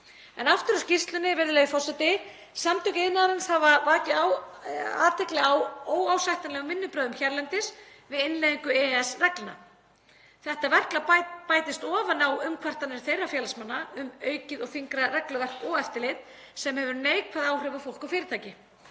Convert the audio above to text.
En aftur að skýrslunni, virðulegi forseti. Samtök iðnaðarins hafa vakið athygli á óásættanlegum vinnubrögðum hérlendis við innleiðingu EES-reglna. Þetta verklag bætist ofan á umkvartanir þeirra félagsmanna um aukið og þyngra regluverk og eftirlit sem hefur neikvæð áhrif á fólk og fyrirtæki.